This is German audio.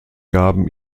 gaben